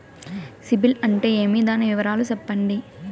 సిబిల్ అంటే ఏమి? దాని వివరాలు సెప్పండి?